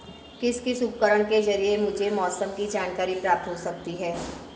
किस किस उपकरण के ज़रिए मुझे मौसम की जानकारी प्राप्त हो सकती है?